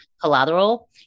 collateral